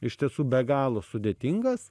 iš tiesų be galo sudėtingas